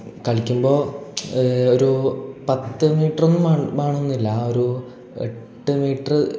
കളിക്കുമ്പോൾ ഒരു പത്തു മീറ്ററൊന്നും ബെ വേണമെന്നില്ല ആ ഒരു എട്ട് മീറ്റർ